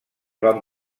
van